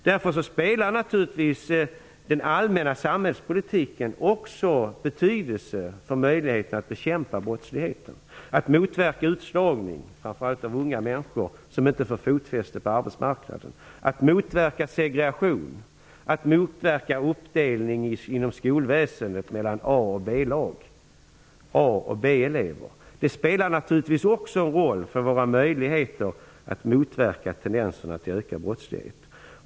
Därför har naturligtvis den allmänna samhällspolitiken också betydelse för möjligheter att bekämpa brottsligheten, att motverka utslagning av framför unga människor som inte fått fotfäste på arbetsmarknaden, att motverka segregation, att motverka uppdelning inom skolväsendet i A och B-lag, A och B-elever. Det spelar naturligtvis också roll för våra möjligheter att motverka tendenserna till ökad brottslighet.